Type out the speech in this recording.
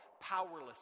powerless